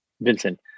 vincent